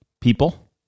people